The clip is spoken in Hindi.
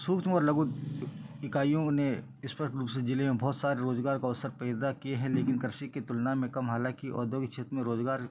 सूक्ष्म और लघु इकाईयों ने स्पष्ट रूप से जिले में बहुत सारे रोजगार का अवसर पैदा किए हैं लेकिन कृषि की तुलना में कम हालाँकि औद्योगिक क्षेत्र में रोज़गार